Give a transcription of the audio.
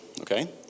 Okay